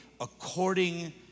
according